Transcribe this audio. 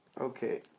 Okay